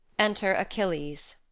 enter achilles